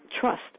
trust